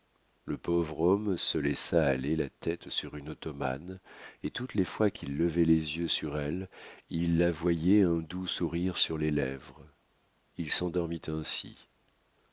le pauvre homme se laissa aller la tête sur une ottomane et toutes les fois qu'il levait les yeux sur elle il la voyait un doux sourire sur les lèvres il s'endormit ainsi